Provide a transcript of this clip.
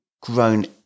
grown